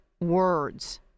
words